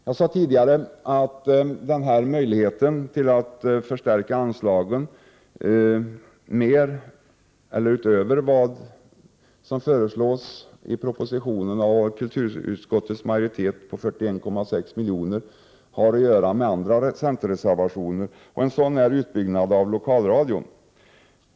Jag sade tidigare att frågan om möjligheten till förstärkta anslag utöver de 41,6 milj.kr. som föreslås i propositionen och som tillstyrks av kulturutskottets majoritet kommer upp i flera av centerns reservationer. Det gäller t.ex. utbyggnaden av lokalradion.